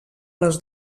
les